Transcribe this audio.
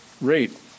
rate